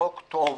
וחוק טוב,